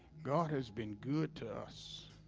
god has been good to us.